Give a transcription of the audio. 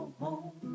home